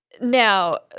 now